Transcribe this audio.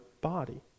body